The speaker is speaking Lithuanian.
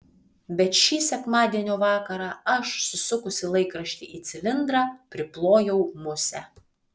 bet šį sekmadienio vakarą aš susukusi laikraštį į cilindrą priplojau musę